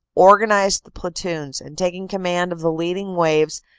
organized the platoons, and taking command of the leading waves,